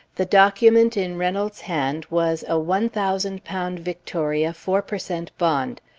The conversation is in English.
the document in reynolds' hand was a one thousand pound victoria four per cent bond,